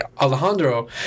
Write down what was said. Alejandro